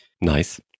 nice